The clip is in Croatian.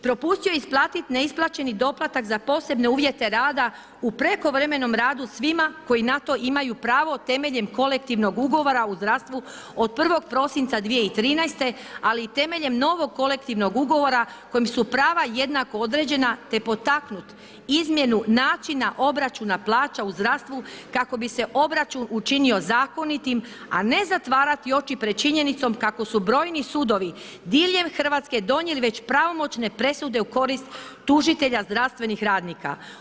Propustio je isplatiti neisplaćeni doplatak za posebne uvjete rada u prekovremenom radu svima koji na to imaju pravo temeljem Kolektivnog ugovora u zdravstvu od 1. prosinca 2013., ali i temeljem novog kolektivnog ugovora kojim su prava jednako određena te potaknuti izmjenu načina obračuna plaća u zdravstvu kako bi se obračun učinio zakonitim a ne zatvarati oči pred činjenicom kako su brojni sudovi diljem Hrvatske donijeli već pravomoćne presude u korist tužitelja zdravstvenih radnika.